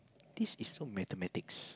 this is so mathematics